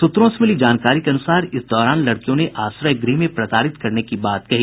सूत्रों से मिली जानकारी के अनुसार इस दौरान लड़कियों ने आश्रय गृह में प्रताड़ित करने की बात कही